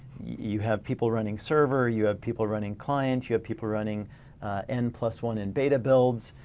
you have people running server, you have people running client. you have people running n plus one in beta builds.